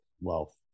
wealth